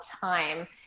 time